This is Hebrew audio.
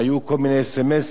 היו כל מיני אס.אם.אסים,